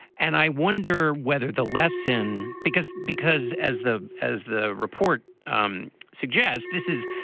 and i wonder whether the lesson because because as the as the report um suggests, this is